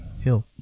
Hill